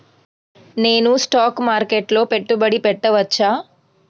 నేను స్టాక్ మార్కెట్లో పెట్టుబడి పెట్టవచ్చా?